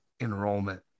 enrollment